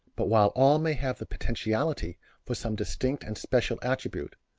but while all may have the potentiality for some distinct and special attribute,